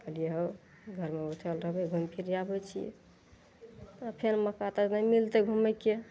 कहलियै हम घरमे बैठल रहबय घूमि फिर आबय छियै फेर मौका तऽ मिलतय घूमयके